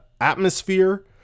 atmosphere